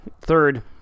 third